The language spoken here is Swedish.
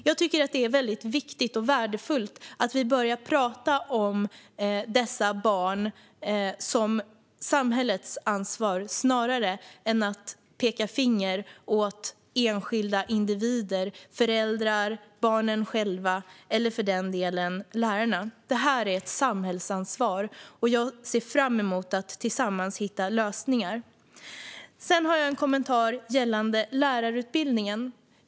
Jag tycker att det är viktigt och värdefullt att vi börjar prata om dessa barn som samhällets ansvar snarare än pekar finger åt enskilda individer - föräldrar, barnen själva eller för den delen lärarna. Detta är ett samhällsansvar, och jag ser fram emot att tillsammans hitta lösningar. Sedan har jag en kommentar gällande lärarutbildningen.